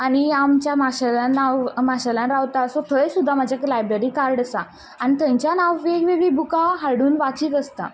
आनी आमचे माशेलान हांव माशेलान रावतां सो थंय सुद्दां म्हाजें लायब्ररी कार्ड आसा आनी थंयच्यान हांव वेगवेगळी बुकां हाडून वाचीत आसतां